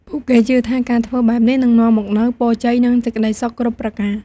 ពួកគេជឿថាការធ្វើបែបនេះ នឹងនាំមកនូវពរជ័យ និងសេចក្តីសុខគ្រប់ប្រការ។